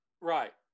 Right